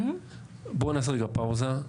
בואו נעשה רגע פאוזה.